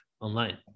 online